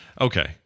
Okay